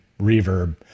reverb